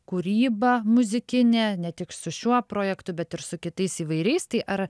kūryba muzikinė ne tik su šiuo projektu bet ir su kitais įvairiais tai ar